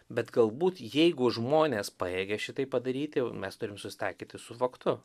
bet galbūt jeigu žmonės pajėgia šitai padaryti mes turim susitaikyti su faktu